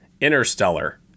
Interstellar